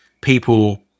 people